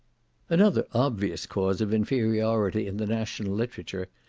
another obvious cause of inferiority in the national literature,